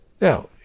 Now